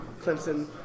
Clemson